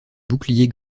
bouclier